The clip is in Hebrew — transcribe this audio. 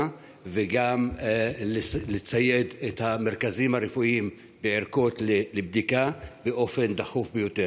וגם לצייד את המרכזים הרפואיים בערכות לבדיקה באופן דחוף ביותר.